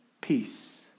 peace